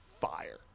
fire